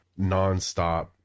nonstop